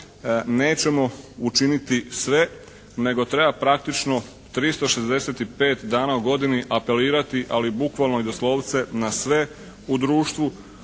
nećemo učiniti sve nego treba praktično 365 dana u godini apelirati, ali bukvalno i doslovce, na sve u društvu,